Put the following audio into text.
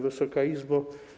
Wysoka Izbo!